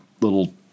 little